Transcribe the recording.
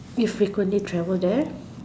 you frequently travel there